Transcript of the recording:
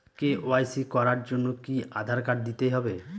KYC করার জন্য কি আধার কার্ড দিতেই হবে?